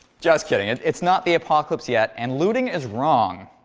just kidding it's it's not the apocalypse yet and looting is wrong.